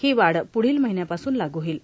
ही वाढ प्रदील महिन्यापासून लागू होईल